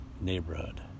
neighborhood